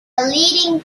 leading